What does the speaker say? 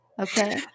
Okay